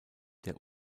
der